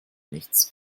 nichts